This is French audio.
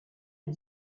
est